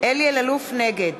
נגד